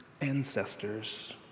ancestors